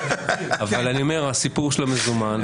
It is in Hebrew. הסיפור של המזומן,